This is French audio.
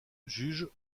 juge